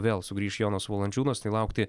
vėl sugrįš jonas valančiūnas tai laukti